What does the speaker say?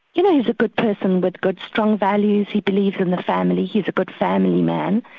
you know, he's a good person with good strong values, he believes in the family, he's a good family man.